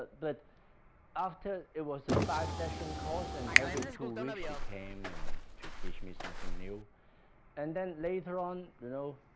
but after, it was a five session course and every two weeks she came and to teach me something new and then later on you know,